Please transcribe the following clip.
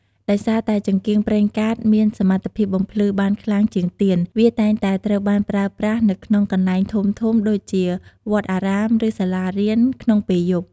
ដោយសារតែចង្កៀងប្រេងកាតមានសមត្ថភាពបំភ្លឺបានខ្លាំងជាងទៀន វាតែងតែត្រូវបានប្រើប្រាស់នៅក្នុងកន្លែងធំៗដូចជាវត្តអារាម ឬសាលារៀនក្នុងពេលយប់។